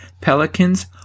pelicans